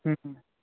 ਹਮ ਹਮ